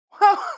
Wow